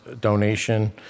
donation